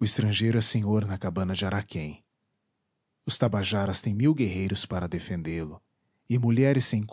o estrangeiro é senhor na cabana de araquém os tabajaras têm mil guerreiros para defendê lo e mulheres sem